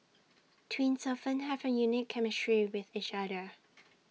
twins often have A unique chemistry with each other